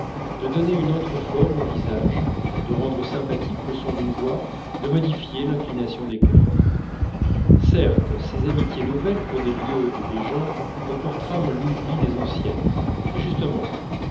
de donner une autre forme aux visages de rendre sympathique le son d'une voix de modifier l'inclination des cœurs certes ces amitiés nouvelles pour des lieux et des gens ont pour trame l'oubli des anciennes mais justement